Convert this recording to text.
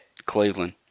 Cleveland